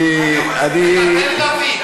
רגע, תן לי להבין.